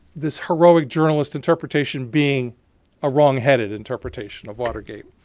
this heroic journalist interpretation being a wrong headed interpretation of watergate.